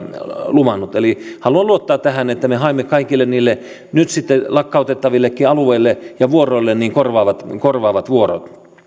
luvannut haluan luottaa tähän että me haemme kaikille niille nyt sitten lakkautettavillekin alueille ja vuoroille korvaavat vuorot